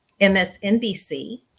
MSNBC